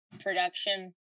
production